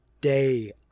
day